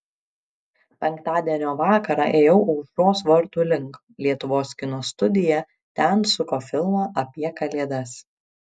penktadienio vakarą ėjau aušros vartų link lietuvos kino studija ten suko filmą apie kalėdas